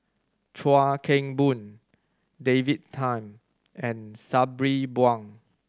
Chuan Keng Boon David Tham and Sabri Buang